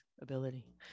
ability